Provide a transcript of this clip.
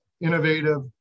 innovative